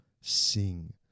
sing